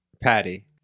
patty